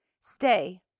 Stay